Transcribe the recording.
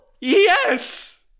Yes